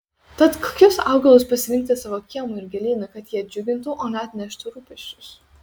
tad kokius augalus pasirinkti savo kiemui ir gėlynui kad jie džiugintų o ne atneštų rūpesčius